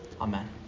Amen